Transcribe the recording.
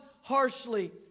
harshly